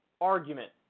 argument